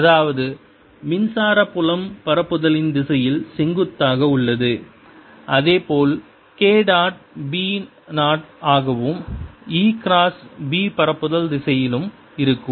அதாவது மின்சார புலம் பரப்புதலின் திசையில் செங்குத்தாக உள்ளது அதேபோல் k டாட் b 0 ஆகவும் e கிராஸ் b பரப்புதல் திசையிலும் இருக்கும்